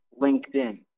LinkedIn